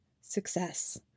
success